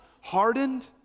hardened